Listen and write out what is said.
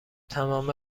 تمام